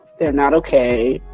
they're not okay.